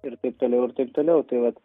ir taip toliau ir taip toliau tai vat